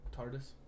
TARDIS